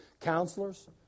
counselors